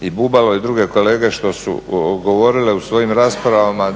i Bubalo i druge kolege što su govorile u svojim raspravama,